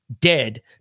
dead